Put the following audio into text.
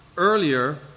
Earlier